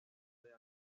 doble